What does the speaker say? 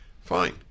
fine